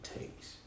takes